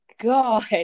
god